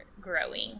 growing